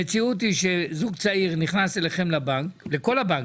המציאות היא שזוג צעיר נכנס אליכם לבנק לכל הבנקים,